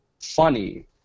funny